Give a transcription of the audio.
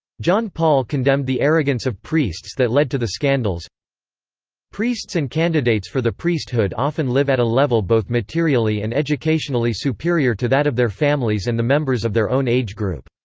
john paul condemned the arrogance of priests that led to the scandals priests and candidates for the priesthood often live at a level both materially and educationally superior to that of their families and the members of their own age group.